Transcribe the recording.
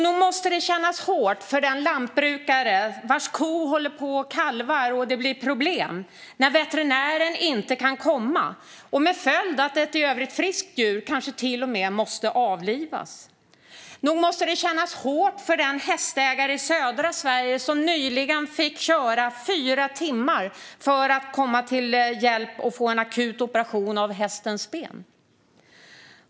Nog måste det kännas hårt för den hästägare i södra Sverige som nyligen fick köra fyra timmar för att få hjälp och få en akut operation av hästens ben.